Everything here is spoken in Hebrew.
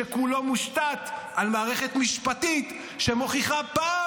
שכולו מושתת על מערכת משפטית שמוכיחה פעם